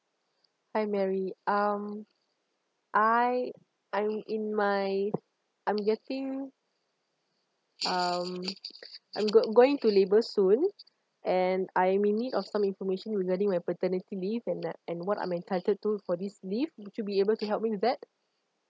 hi mary um I I'm in my I'm getting um I'm go going to labor soon and I'm in need of some information regarding my paternity leave and that and what I'm entitled to for this leave would you be able to help me with that